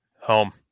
Home